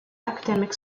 academic